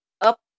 up